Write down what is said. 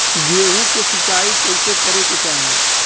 गेहूँ के सिंचाई कइसे करे के चाही?